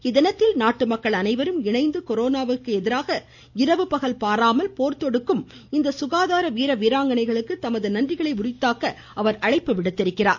இத்தினத்தில் நாட்டு மக்கள் அனைவரும் இணைந்து கொரோனாவுக்கு எதிராக இரவு பகல் பார்க்காமல் போர்தொடுக்கும் இந்த சுகாதார வீர வீராங்கனைகளுக்கு நமது நன்றிகளை உரித்தாக்க அழைப்பு விடுத்துள்ளார்